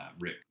Rick